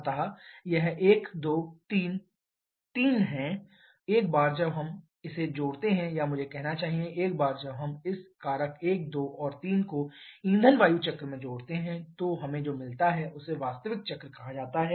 अतः यह 1 2 3 तीन हैं एक बार जब हम इसे जोड़ते हैं या मुझे कहना चाहिए कि एक बार जब हम इस कारक 1 2 और 3 को ईंधन वायु चक्र में जोड़ते हैं तो हमें जो मिलता है उसे वास्तविक चक्र कहा जाता है